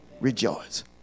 Rejoice